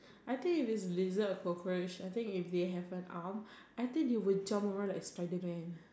I think if it's lizard or cockroach I think if they have an arm I think they will jump all like Spiderman